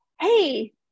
hey